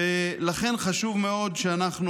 ולכן חשוב מאוד שאנחנו,